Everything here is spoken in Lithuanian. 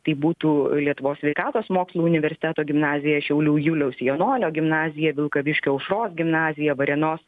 tai būtų lietuvos sveikatos mokslų universiteto gimnazija šiaulių juliaus janonio gimnazija vilkaviškio aušros gimnazija varėnos